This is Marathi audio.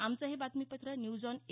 आमचं हे बातमीपत्र न्यूज ऑन ए